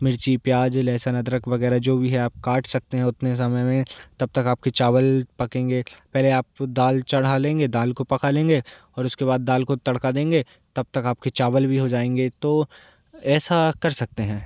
मिर्ची प्याज़ लेहसन अदरक वगैरह जो भी है आप काट सकते हैं उतने समय में तब तक आपके चावल पकेंगे पहले आप दाल चढ़ा लेंगे दाल को पका लेंगे और उसके बाद दाल को तड़का देंगे तब तक आपके चावल भी हो जाएँगे तो ऐसा कर सकते हैं